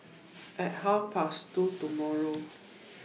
At Half Past two tomorrow